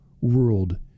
world